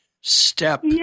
Step